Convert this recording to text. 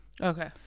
Okay